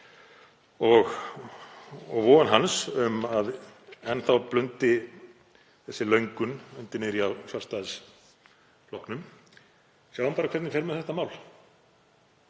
og von hans um að enn þá blundi þessi löngun undir niðri hjá Sjálfstæðisflokknum: Sjáum bara hvernig fer með þetta mál.